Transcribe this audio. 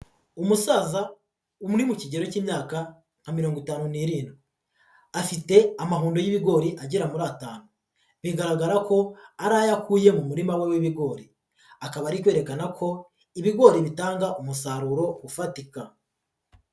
Umusaza uri mu kigero cy'imyaka nka mirongo itanu n'irindwi, afite amahundo y'ibigori agera muri atanu, bigaragara ko ari ayo akuye mu murima we w'ibigori, akaba ari kwerekana ko ibigori bitanga umusaruro ufatika.